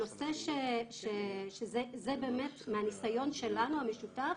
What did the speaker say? הנושא שזה באמת מהניסיון שלנו המשותף,